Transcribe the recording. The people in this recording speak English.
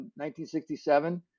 1967